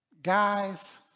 Guys